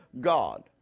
God